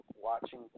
watching